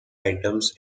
items